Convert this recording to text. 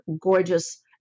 gorgeous